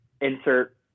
insert